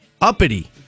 uppity